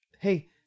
Hey